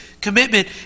commitment